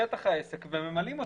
כתוב שטח העסק וממלאים אותו.